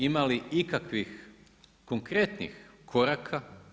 Ima li ikakvih konkretnih koraka?